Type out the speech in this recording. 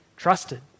trusted